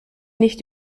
nicht